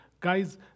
guys